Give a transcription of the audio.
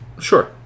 Sure